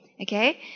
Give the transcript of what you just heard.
Okay